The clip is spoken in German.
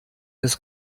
des